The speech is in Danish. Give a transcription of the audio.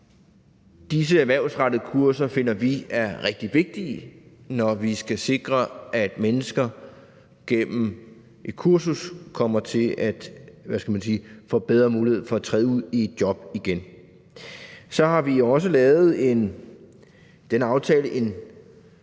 Disse erhvervsrettede kurser finder vi er rigtig vigtige, når vi skal sikre, at mennesker gennem et kursus får bedre mulighed for at træde ud i et job igen. Så har vi med denne aftale